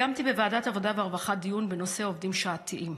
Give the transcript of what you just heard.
קיימתי בוועדת העבודה והרווחה דיון בנושא עובדים שעתיים.